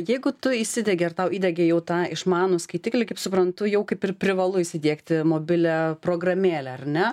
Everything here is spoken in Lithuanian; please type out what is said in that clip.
jeigu tu įsidiegi ar tau įdiegė jau tą išmanų skaitiklį kaip suprantu jau kaip ir privalu įsidiegti mobilią programėlę ar ne